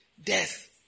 Death